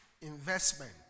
investment